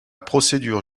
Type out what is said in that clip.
procédure